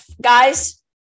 Guys